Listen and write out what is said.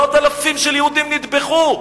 מאות אלפים של יהודים נטבחו,